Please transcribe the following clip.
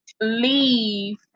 Leave